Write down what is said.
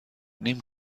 نیم